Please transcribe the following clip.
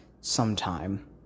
sometime